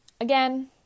again